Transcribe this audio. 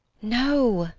no,